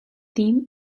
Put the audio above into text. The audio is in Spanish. tim